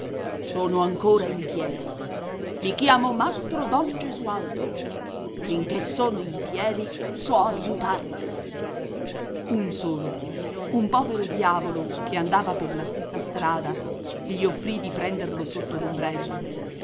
sono ancora in piedi i chiamo mastro don gesualdo finché sono in piedi so aiutarmi un solo un povero diavolo che andava per la stessa strada gli offrì di prenderlo sotto